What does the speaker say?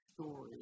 story